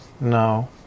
no